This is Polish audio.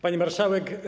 Pani Marszałek!